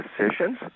decisions